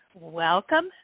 Welcome